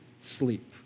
sleep